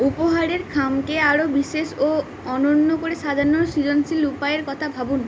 উপহারের খামকে আরও বিশেষ ও অনন্য করে সাজানোর সৃজনশীল উপায়ের কথা ভাবুন